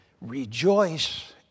Rejoice